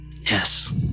Yes